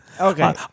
Okay